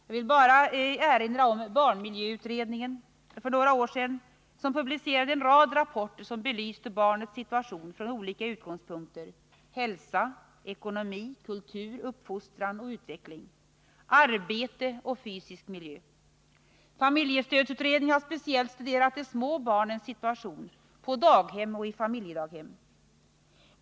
Jag vill bara erinra om att barnmiljöutredningen för några år sedan publicerade en rad rapporter som belyste barnets situation från olika utgångspunkter: hälsa, ekonomi, kultur, uppfostran och utveckling, arbete och fysisk miljö. Familjestödsutredningen har speciellt studerat de små barnens situation — på daghem och i familjedaghem.